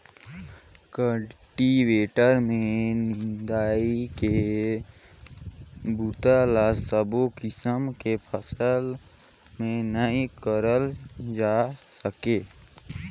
cultivator में निंदई के बूता ल सबो किसम के फसल में नइ करल जाए सके